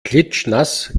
klitschnass